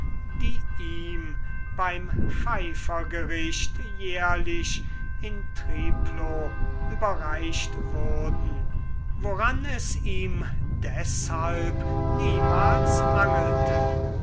die ihm beim pfeifergericht jährlich in triplo überreicht wurden woran es ihm deshalb niemals mangelte